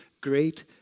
great